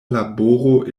laboro